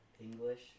English